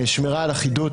שמירה על אחידות.